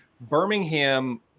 Birmingham